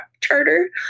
charter